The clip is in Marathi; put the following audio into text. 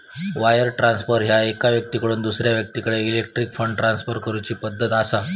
वायर ट्रान्सफर ह्या एका व्यक्तीकडसून दुसरा व्यक्तीकडे इलेक्ट्रॉनिक फंड ट्रान्सफर करूची पद्धत असा